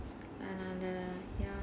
another ya